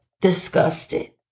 disgusted